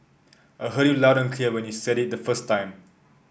I heard you loud and clear when you said it the first time